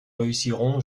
réussirons